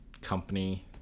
company